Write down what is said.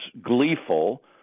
gleeful